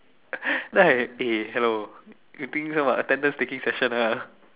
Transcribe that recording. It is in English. then I eh hello you think this one what attendance taking session ah